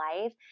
life